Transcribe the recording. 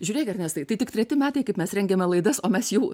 žiūrėk ernestai tai tik treti metai kaip mes rengiame laidas o mes jau